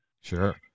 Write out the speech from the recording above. Sure